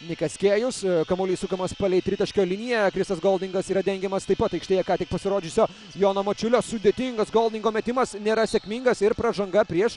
nikas kėjus kamuolys sukamas palei tritaškio liniją krisas goldingas yra dengiamas taip pat aikštėje ką tik pasirodžiusio jono mačiulio sudėtinga goldingo metimas nėra sėkmingas ir pražanga prieš